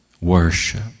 Worship